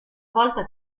volta